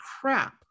crap